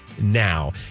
now